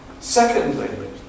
Secondly